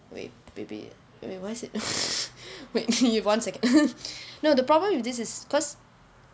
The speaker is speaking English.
wait baby I mean why is it wait give one second no the problem with this is because